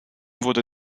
wurde